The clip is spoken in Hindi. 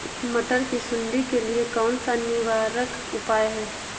मटर की सुंडी के लिए कौन सा निवारक उपाय है?